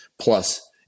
plus